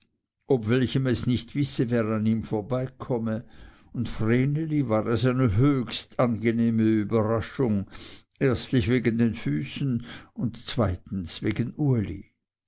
ob welchem es nicht wisse wer an ihm vorbeikomme und vreneli war es eine höchst angenehme überraschung erstlich wegen den füßen und zweitens wegen uli